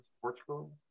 Portugal